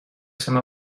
some